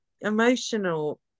emotional